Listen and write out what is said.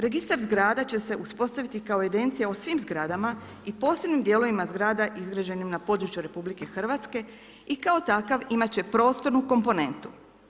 Registar zgrada će se uspostaviti kao evidencija u svim zgradama i posebnim dijelovima zgrada izgrađenim na području RH i kao takav imat će prostornu komponentu.